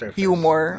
humor